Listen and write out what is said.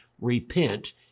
repent